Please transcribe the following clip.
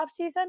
offseason